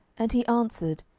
and he answered,